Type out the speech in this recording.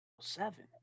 seven